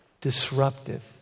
disruptive